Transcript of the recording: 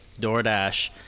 doordash